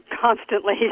constantly